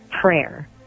prayer